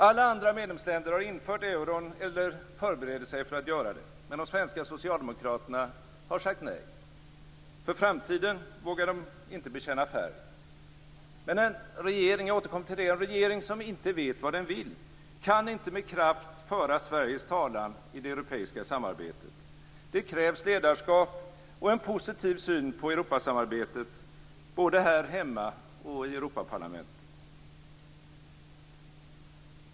Alla andra medlemsländer har infört euron eller förbereder sig för att göra det. Men de svenska socialdemokraterna har sagt nej. För framtiden vågar de inte bekänna färg. Men - jag återkommer till det - en regering som inte vet vad den vill kan inte med kraft föra Sveriges talan i det europeiska samarbetet. Det krävs ledarskap och en positiv syn på Europasamarbetet - både här hemma och i Europaparlamentet.